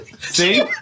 See